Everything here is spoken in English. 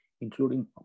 including